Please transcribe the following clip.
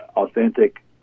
Authentic